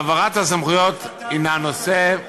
העברת הסמכויות היא נושא,